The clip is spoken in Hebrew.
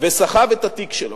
וסחב את התיק שלו.